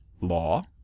Law